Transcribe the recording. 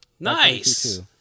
Nice